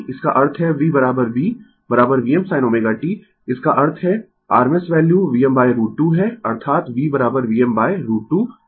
इसका अर्थ है V V Vm sin ωt इसका अर्थ है rms वैल्यू Vm√ 2 है अर्थात V Vm√ 2 है